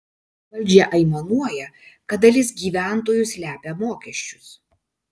valdžia aimanuoja kad dalis gyventojų slepia mokesčius